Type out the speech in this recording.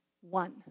One